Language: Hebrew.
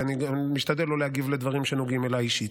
ואני משתדל לא להגיב לדברים שנוגעים אליי אישית.